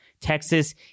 Texas